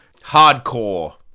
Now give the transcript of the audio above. Hardcore